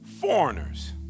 foreigners